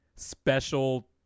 special